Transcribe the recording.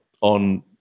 on